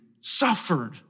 suffered